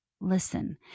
listen